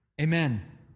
Amen